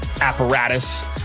apparatus